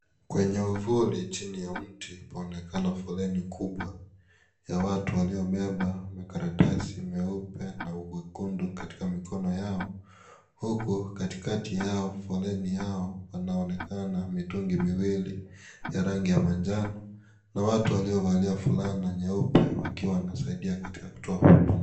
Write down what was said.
Kwenye uvuli chini ya mti, panaonekana foleni kubwa ya watu walio beba karatasi meupe na mekundu katika mikono yao. Huku katikati yao, foleni yao panaonekana mitungi miwili ya rangi ya manjano. Na watu waliovalia vulana nyeupe wakiwa wanasaidia katika kituo huduma.